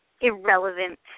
irrelevant